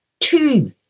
two